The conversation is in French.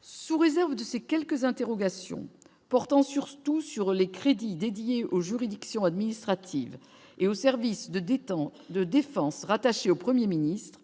Sous réserve de ces quelques interrogations portant surtout sur les crédits dédiés aux juridictions administratives et au service de détente de défense rattaché au 1er ministre